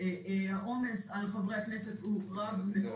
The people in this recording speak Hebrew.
העומס על חברי הכנסת רב מאוד.